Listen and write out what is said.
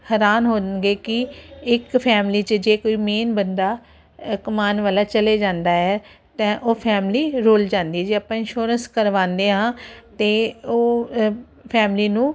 ਹੈਰਾਨ ਹੋਣਗੇ ਕੀ ਇੱਕ ਫੈਮਿਲੀ 'ਚ ਜੇ ਕੋਈ ਮੇਨ ਬੰਦਾ ਕਮਾਉਣ ਵਾਲਾ ਚਲੇ ਜਾਂਦਾ ਹ ਉਹ ਫੈਮਿਲੀ ਰੁਲ ਜਾਂਦੀ ਜੇ ਆਪਾਂ ਇਨਸ਼ੋਰੈਂਸ ਕਰਵਾਉਂਦੇ ਆਂ ਤੇ ਉਹ ਫੈਮਲੀ ਨੂੰ